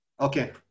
Okay